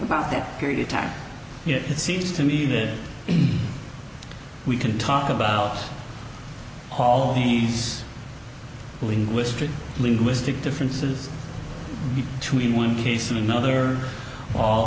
about that period of time here it seems to me that we can talk about all these linguistic linguistic differences between one case and another all